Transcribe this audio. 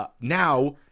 Now